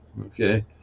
Okay